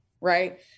Right